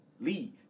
leave